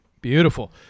Beautiful